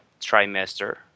trimester